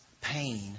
pain